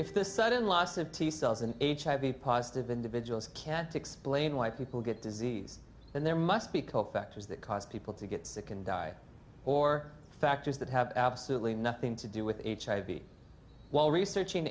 if the sudden loss of t cells and hiv positive individuals can't explain why people get disease and there must be cope factors that cause people to get sick and die or factors that have absolutely nothing to do with hiv while researching